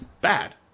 bad